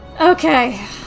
Okay